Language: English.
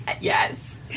Yes